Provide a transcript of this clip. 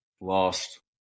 lost